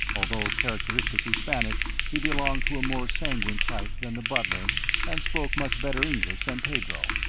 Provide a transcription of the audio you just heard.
although characteristically spanish, he belonged to a more sanguine type than the butler and spoke much better english than pedro.